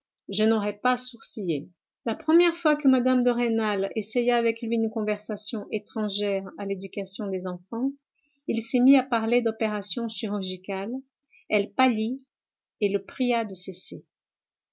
je n'aurais pas sourcillé la première fois que mme de rênal essaya avec lui une conversation étrangère à l'éducation des enfants il se mit à parler d'opérations chirurgicales elle pâlit et le pria de